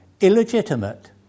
illegitimate